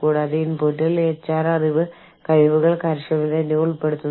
കാരണം അവർ നിങ്ങളുടെ സാഹചര്യം നന്നായി അറിയുമെന്ന് നിങ്ങൾക്ക് തോന്നുന്നു